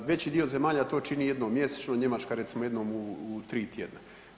Veći dio zemalja to čini jedno mjesečno, Njemačka recimo jednom u tri tjedna.